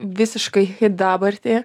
visiškai į dabartį